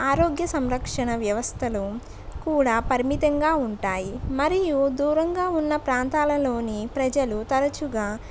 ఆరోగ్య సంరక్షణ వ్యవస్థలు కూడా పరిమితంగా ఉంటాయి మరియు దూరంగా ఉన్న ప్రాంతాలలోని ప్రజలు తరచుగా